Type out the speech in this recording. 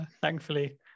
thankfully